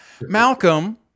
Malcolm